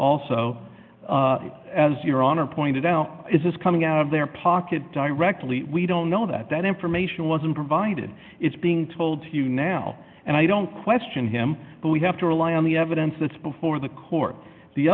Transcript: also as your honor pointed out is this coming out of their pocket directly we don't know that that information wasn't provided it's being told to you now and i don't question him but we have to rely on the evidence that's before the court the